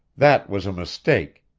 that was a mistake.